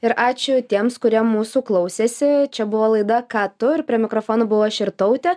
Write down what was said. ir ačiū tiems kurie mūsų klausėsi čia buvo laida ką tu ir prie mikrofono buvau aš irtautė